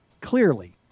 clearly